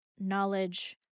Knowledge